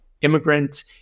immigrant